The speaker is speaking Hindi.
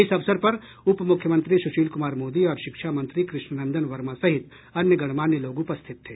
इस अवसर पर उपमूख्यमंत्री सुशील कुमार मोदी और शिक्षा मंत्री कृष्णनंदन वर्मा सहित अन्य गणमान्य लोग उपस्थित थे